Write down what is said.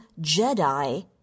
Jedi